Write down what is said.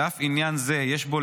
ואף עניין זה יש בו,